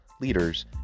leaders